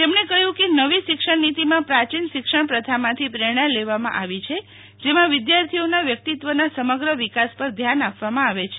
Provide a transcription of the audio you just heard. તેમણે કહયુ કે નવી શિક્ષણનીતીમાં પ્રાચીન શિક્ષણ પ્રથામાંથી પ્રેરણા લેવામાં આવી છે જેમાં વિદ્યાર્થીઓના વ્યક્તિત્વના સમગ્ર વિકાસ પર ધ્યાન આપવામાં આવે છે